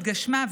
התגשמה,